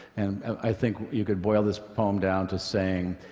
and i think you could boil this poem down to saying,